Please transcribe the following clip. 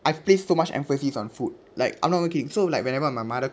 I place so much emphasis on food like I'm not working so like whenever my mother